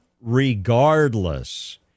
regardless